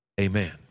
amen